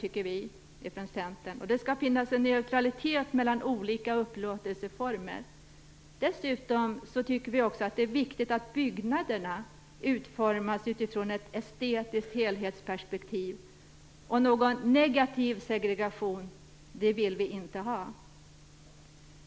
Och det skall finnas en neutralitet mellan olika upplåtelseformer. Dessutom tycker vi att det är viktigt att byggnaderna utformas utifrån ett estetiskt helhetsperspektiv. Och någon negativ segregation vill vi inte ha.